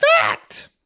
fact